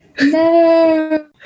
No